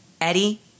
Eddie